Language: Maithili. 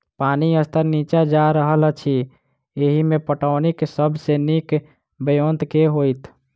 पानि स्तर नीचा जा रहल अछि, एहिमे पटौनीक सब सऽ नीक ब्योंत केँ होइत?